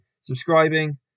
subscribing